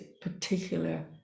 particular